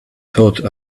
thought